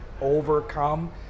overcome